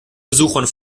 besuchern